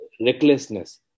recklessness